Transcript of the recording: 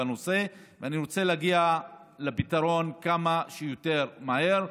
ואני רוצה להגיע לפתרון כמה שיותר מהר.